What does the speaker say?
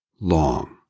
long